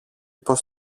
πως